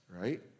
right